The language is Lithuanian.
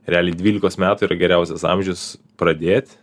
realiai dvylikos metų yra geriausias amžius pradėt